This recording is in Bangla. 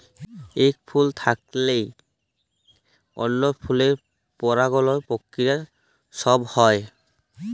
ইক ফুল থ্যাইকে অল্য ফুলে পরাগায়ল পক্রিয়া ছব হ্যয়